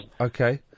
Okay